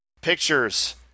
pictures